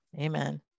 Amen